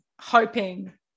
hoping